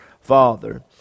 Father